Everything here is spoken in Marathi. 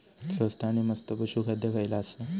स्वस्त आणि मस्त पशू खाद्य खयला आसा?